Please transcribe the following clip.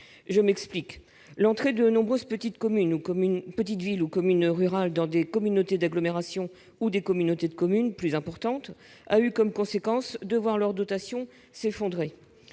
Je m'explique : l'entrée de nombreuses petites villes ou communes rurales dans des communautés d'agglomérations ou des communautés de communes plus importantes a eu comme conséquence un effondrement